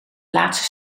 laatste